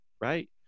right